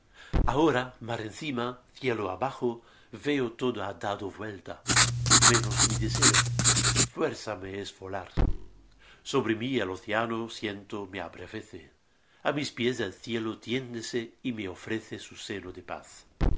ahora mar encima cielo abajo veo todo ha dado vuelta menos mi deseo fuerza me es volar sobre mi el océano siento se embravece á mis pies el cielo tiéndese y me ofrece su seno de paz